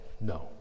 No